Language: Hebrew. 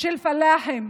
של פלאחים,